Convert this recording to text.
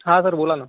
हां सर बोला नं